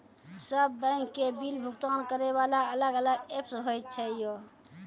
सब बैंक के बिल भुगतान करे वाला अलग अलग ऐप्स होय छै यो?